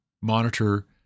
monitor